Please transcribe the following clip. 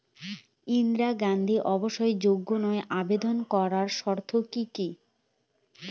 ইন্দিরা গান্ধী আবাস যোজনায় আবেদন করার শর্ত কি কি?